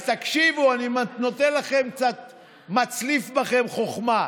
אז תקשיבו, אני מצליף בכם חוכמה.